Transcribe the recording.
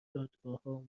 دادگاهها